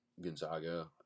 Gonzaga